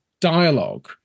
dialogue